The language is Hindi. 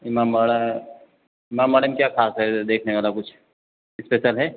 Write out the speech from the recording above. इमामबाड़ा इमामबाड़े में क्या खास है देखने वाला कुछ स्पेशल है